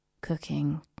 cooking